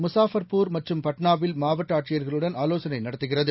முஷாஃபர்பூர் மற்றம் பாட்னாவில் மாவட்ட ஆட்சியர்களுடன் ஆலோசளை நடத்துகிறது